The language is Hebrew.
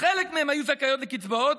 חלק מהן היו זכאיות לקצבאות,